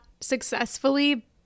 successfully